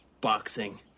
boxing